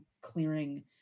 clearing